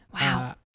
Wow